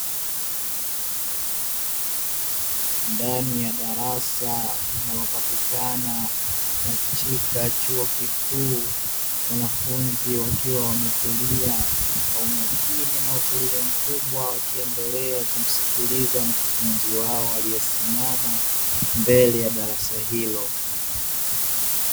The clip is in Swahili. Ndani ya darasa linalopatikana katika chuo kikuu, wanafunzi wakiwa wametulia kwa umakini na utulivu mkubwa wakiendelea kumsikiliza mkufunzi wao aliyesimama mbele ya darasa hilo.